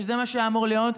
שזה מה שאמור להיות.